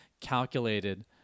calculated